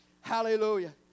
Hallelujah